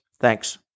Thanks